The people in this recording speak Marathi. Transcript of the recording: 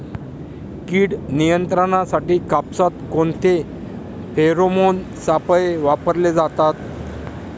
कीड नियंत्रणासाठी कापसात कोणते फेरोमोन सापळे वापरले जातात?